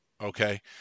Okay